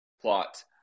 plot